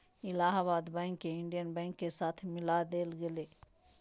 Allahabad Bank के Indian Bank के साथ मिला देल गेले